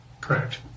Correct